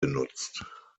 genutzt